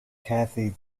kathy